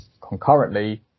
concurrently